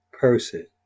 person